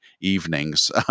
evenings